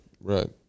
Right